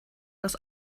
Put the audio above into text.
das